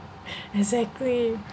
exactly